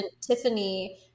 Tiffany